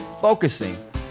focusing